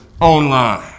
online